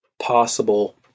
possible